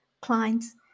clients